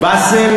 באסל